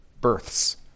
births